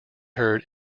heard